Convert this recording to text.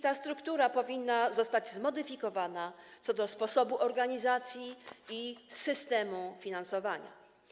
Ta struktura powinna zostać zmodyfikowana co do sposobu organizacji i systemu finansowania.